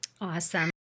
Awesome